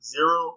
Zero